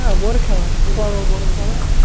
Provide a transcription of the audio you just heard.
ah watercolour, floral watercolour.